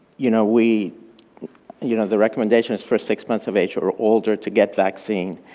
you know, we you know, the recommendations for six months of age or older to get vaccine.